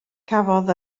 cafodd